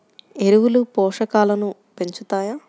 ఎరువులు పోషకాలను పెంచుతాయా?